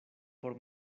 por